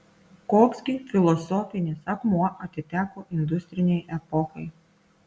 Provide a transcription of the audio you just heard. koks gi filosofinis akmuo atiteko industrinei epochai